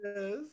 Yes